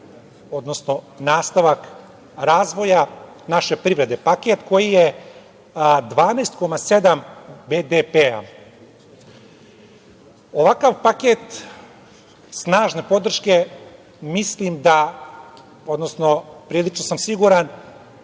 odnosno nastavak razvoja naše privrede. Paket koji je 12,7 BDP. Ovakav paket snažen podrške mislim da, odnosno prilično sam siguran,